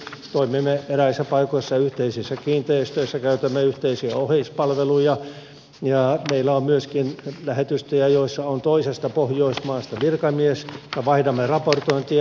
toimimme eräissä paikoissa yhteisissä kiinteistöissä ja käytämme yhteisiä oheispalveluja ja meillä on myöskin lähetystöjä joissa on toisesta pohjoismaasta virkamies ja vaihdamme raportointia